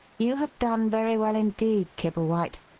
you have done very well indeed, kibblewhite.